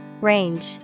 Range